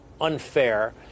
unfair